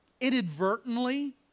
inadvertently